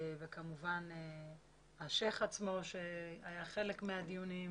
וכמובן עם השייח' עצמו שהיה חלק מהדיונים